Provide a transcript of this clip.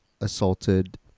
assaulted